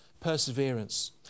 perseverance